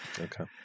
Okay